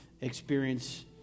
experience